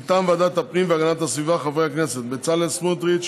מטעם ועדת הפנים והגנת הסביבה: חברי הכנסת בצלאל סמוטריץ,